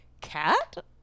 cat